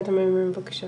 מאיר יצחק הלוי, חבר הכנסת.